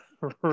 Right